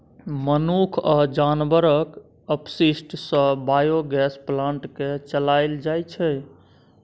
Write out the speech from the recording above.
मनुख आ जानबरक अपशिष्ट सँ बायोगैस प्लांट केँ चलाएल जाइ छै